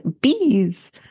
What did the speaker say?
bees